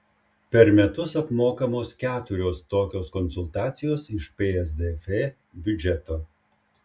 per metus apmokamos keturios tokios konsultacijos iš psdf biudžeto